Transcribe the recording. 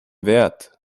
wert